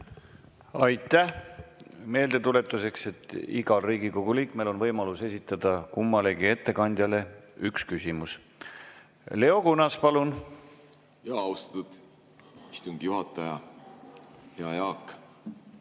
Aitäh! Meeldetuletuseks ütlen, et igal Riigikogu liikmel on võimalus esitada kummalegi ettekandjale üks küsimus. Leo Kunnas, palun! Austatud istungi juhataja! Hea Jaak!